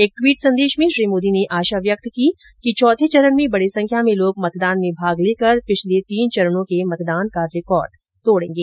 एक टवीट संदेश में श्री मोदी ने आशा व्यक्त की कि चौथे चरण में बड़ी संख्या में लोग मतदान में भाग लेकर पिछले तीन चरणों के मतदान का रिकॉर्ड तोड़ेंगे